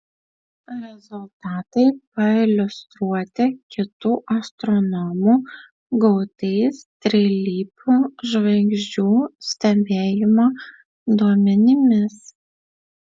rezultatai pailiustruoti kitų astronomų gautais trilypių žvaigždžių stebėjimo duomenimis